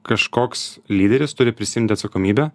kažkoks lyderis turi prisiimti atsakomybę